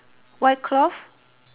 white cloth